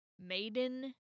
Maiden